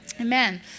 Amen